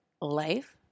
Life